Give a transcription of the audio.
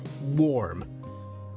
warm